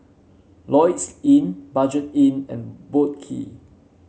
Lloyds Inn Budget Inn and Boat Quay